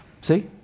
See